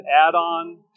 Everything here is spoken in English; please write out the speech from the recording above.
add-on